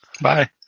bye